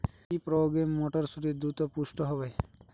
কি প্রয়োগে মটরসুটি দ্রুত পুষ্ট হবে?